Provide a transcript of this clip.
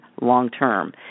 long-term